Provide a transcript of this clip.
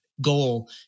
goal